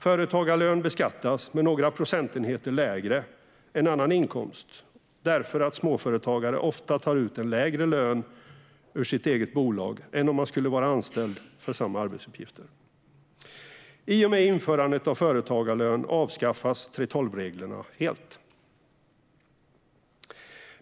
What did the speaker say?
Företagarlön beskattas några procentenheter lägre än annan inkomst därför att småföretagare ofta tar ut en lägre lön ur sitt eget bolag än om man skulle vara anställd med samma arbetsuppgifter. I och med införandet av företagarlön avskaffas 3:12-reglerna helt.